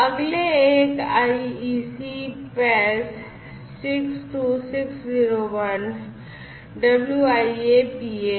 अगले एक IEC PAS 62601 WIA PA है